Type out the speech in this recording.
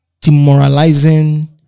demoralizing